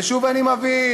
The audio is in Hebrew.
ושוב אני מבהיר,